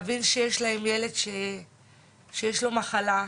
להבין שיש להם ילד שיש לו מחלה,